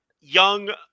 young